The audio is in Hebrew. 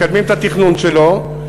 מקדמים את התכנון שלו.